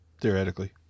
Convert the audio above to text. Theoretically